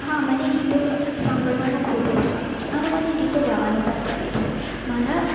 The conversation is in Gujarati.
હા મને ગીતો સાંભળવાનું ખૂબ જ ગમે છે અને મને ગીતો ગાવાનું પણ ગમે છે મારા